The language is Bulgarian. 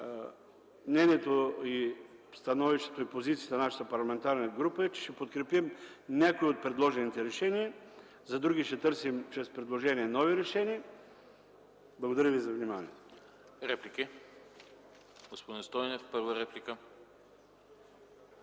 мнението, становището и позицията на нашата парламентарна група е, че ще подкрепим някои от предложените решения, а за други ще търсим чрез предложения нови решения. Благодаря ви за вниманието.